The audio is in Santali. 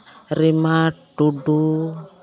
ᱨᱮᱢᱟ ᱴᱩᱰᱩ